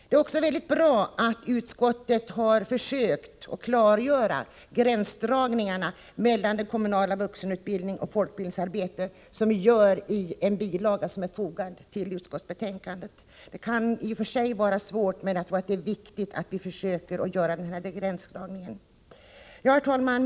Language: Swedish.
Det är också väldigt bra att utskottet har försökt att klargöra gränsdragningen mellan den kommunala vuxenutbildningen och folkbildningsarbetet, vilket sker i en bilaga till utskottsbetänkandet. Det kan i och för sig vara svårt, men jag tror att det är viktigt att vi försöker göra den gränsdragningen. Herr talman!